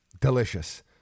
Delicious